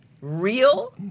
real